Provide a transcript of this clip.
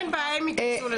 אין בעיה, הם יתייחסו לזה.